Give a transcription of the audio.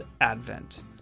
Advent